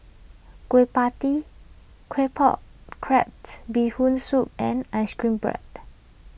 Kueh Pie Tee Claypot Crab Bee Hoon Soup and Ice Cream Bread